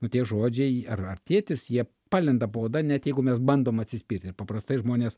nu tie žodžiai ar ar tėtis jie palenda po oda net jeigu mes bandom atsispirti ir paprastai žmonės